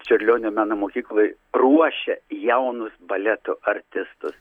čiurlionio menų mokykloj ruošia jaunus baleto artistus